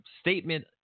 statement